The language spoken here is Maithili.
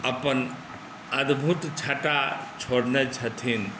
अपन अद्भुत छटा छोड़ने छथिन